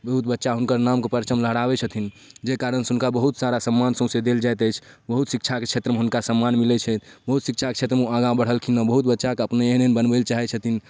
बहुत बच्चा हुनकर नामके परचम लहराबै छथिन जाहि कारणसँ हुनका बहुत सारा सम्मान सौँसे देल जाइत अछि बहुत शिक्षाके क्षेत्रमे हुनका सम्मान मिलै छै बहुत शिक्षाके क्षेत्रमे ओ आगाँ बढ़लखिन हँ बहुत बच्चाके अपने एहन एहन बनबैलए चाहै छथिन